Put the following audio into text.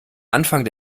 anfang